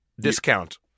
discount